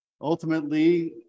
ultimately